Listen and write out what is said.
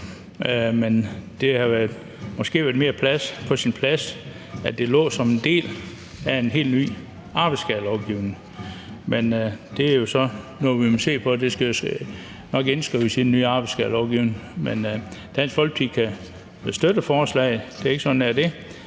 Men det havde måske været mere på sin plads, at det lå som en del af en helt ny arbejdsskadelovgivning. Det er jo så noget, der måske skal indskrives i den nye arbejdsskadelovgivning. Men Dansk Folkeparti kan støtte forslaget – det er ikke nær det